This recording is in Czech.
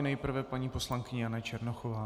Nejprve paní poslankyně Jana Černochová.